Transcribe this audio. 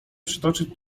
przytoczyć